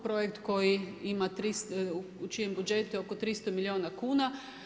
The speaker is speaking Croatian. Projekt koji ima 300, u čijem budžetu je oko 300 milijuna kuna.